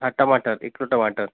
हाँ टमाटर एक किलो टमाटर